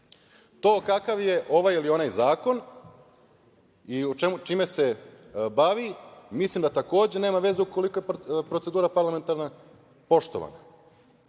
To kakav je ovaj ili onaj zakon i čime se bavi, mislim da takođe nema veze ukoliko je procedura parlamentarna poštovana.